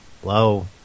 Hello